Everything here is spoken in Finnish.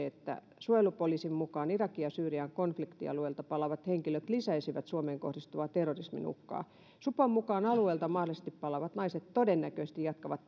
että suojelupoliisin mukaan irakin ja syyrian konfliktialueelta palaavat henkilöt lisäisivät suomeen kohdistuvaa terrorismin uhkaa supon mukaan alueelta mahdollisesti palaavat naiset todennäköisesti jatkavat